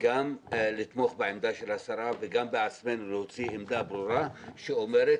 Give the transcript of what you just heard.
גם לתמוך בעמדת השרה וגם בעצמנו להוציא עמדה ברורה שאומרת